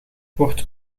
wordt